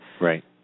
Right